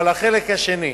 אבל החלק השני,